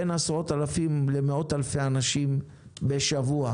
בין עשרות אלפים למאות אלפי אנשים בשבוע.